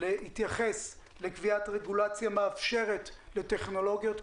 להתייחס לקביעת רגולציה מאפשרת לטכנולוגיות,